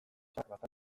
intxaurra